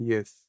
Yes